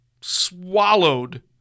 swallowed